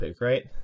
right